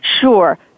Sure